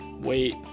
wait